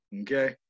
okay